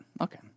okay